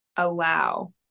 Allow